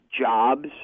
jobs